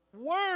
Word